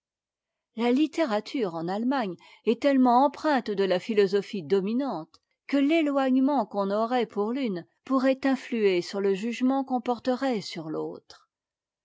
la littérature en allemagne est tellement empreinte de la philosophie dominante que l'éloignement qu'on aurait pour l'une pourrait influer sur le jugement qu'on porterait sur l'autre